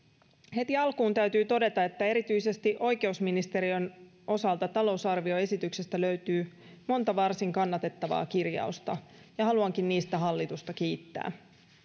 heti alkuun täytyy todeta että erityisesti oikeusministeriön osalta talousarvioesityksestä löytyy monta varsin kannatettavaa kirjausta ja haluankin niistä hallitusta kiittää